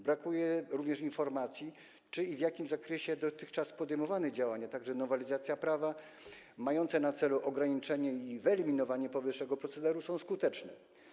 Brakuje również informacji, czy i w jakim zakresie dotychczas podejmowane działania, także nowelizacja prawa, mające na celu ograniczenie i wyeliminowanie powyższego procederu, są skuteczne.